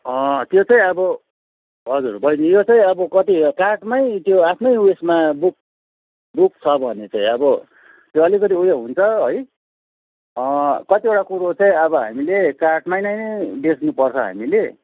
त्यो चाहिँ अब हजुर बैनी यो चाहिँ अब कति कार्डमै त्यो आफ्नै उयसमा बुक बुक छ भने चाहिँ अब त्यो अलिकति उयो हुन्छ है कतिवटा कुरो चाहिँ अब हामीले कार्डमा नै बेच्नुपर्छ हामीले